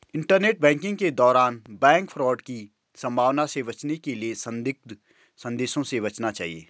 internet banking के दौरान bank fraud की संभावना से बचने के लिए संदिग्ध संदेशों से बचना चाहिए